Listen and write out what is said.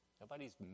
nobody's